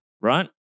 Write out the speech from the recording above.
right